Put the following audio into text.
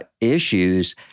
issues